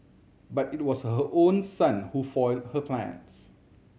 but it was her own son who foiled her plans